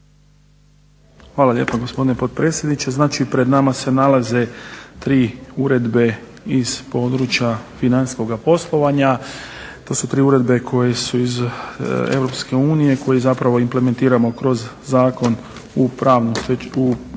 Hvala lijepa gospodine potpredsjedniče. Znači pred nama se nalaze tri uredbe iz područja financijskoga poslovanja. To su tri uredbe koje su iz EU koje zapravo implementiramo kroz Zakon, pravno